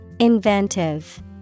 Inventive